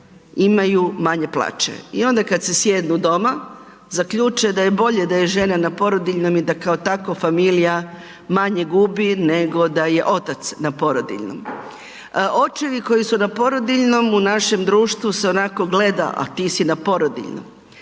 imaju manje plaće i onda kad se sjednu doma zaključe da je bolje da je žena na porodiljnom i da kao tako familija manje gubi nego da je otac na porodiljnom. Očevi koji su na porodiljnom u našem društvu se onako gleda, a ti si na porodiljnom.